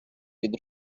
від